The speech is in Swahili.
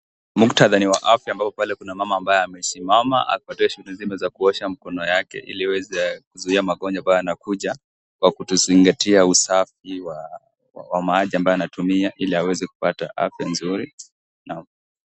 Muktadha ni wa afya ambapo pale kuna mama ambaye amesimama akupatie shughuli nzima za kuosha mkono yake ili iweze kuzuia magonjwa ambayo yanakuja kwa kutozingatia usafi wa wa maji ambayo yanatumia ili aweze kupata afya nzuri, naam.